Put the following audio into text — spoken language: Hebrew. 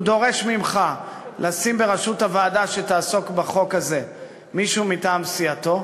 הוא דורש ממך לשים בראשות הוועדה שתעסוק בחוק הזה מישהו מטעם סיעתו.